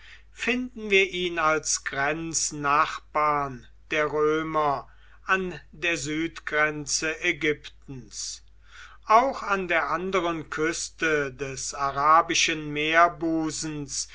finden wir ihn als grenznachbarn der römer an der südgrenze ägyptens auch an der anderen küste des arabischen meerbusens